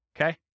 okay